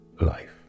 life